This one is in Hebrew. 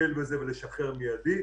לטפל בזה ולשחרר מידית,